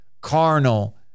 carnal